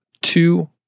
two